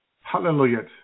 Hallelujah